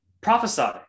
Prophesy